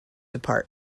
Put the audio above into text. apart